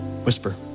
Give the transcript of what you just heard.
whisper